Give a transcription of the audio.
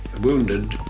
wounded